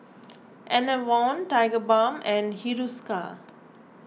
Enervon Tigerbalm and Hiruscar